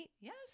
Yes